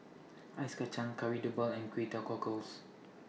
Ice Kacang Kari Debal and Kway Teow Cockles